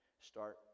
start